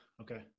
okay